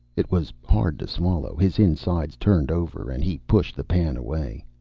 it was hard to swallow. his insides turned over and he pushed the pan away.